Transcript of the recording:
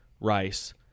rice